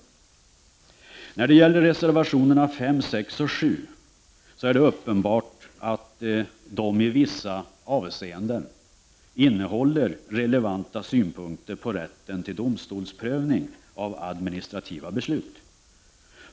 Det är uppenbart att reservationerna 5, 6 och 7 i vissa avseenden innehåller relevanta synpunkter på rätten till domstolsprövning av administrativa beslut.